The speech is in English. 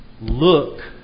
look